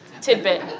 tidbit